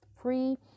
free